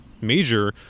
major